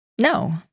No